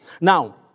Now